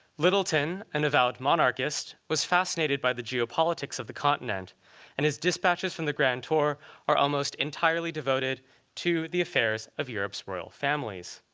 littleton, an avowed monarchist, was fascinated by the geopolitics of the continent and his dispatches from the grand tour are almost entirely devoted to the affairs of europe's royal families.